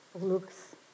looks